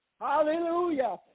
Hallelujah